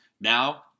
Now